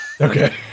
Okay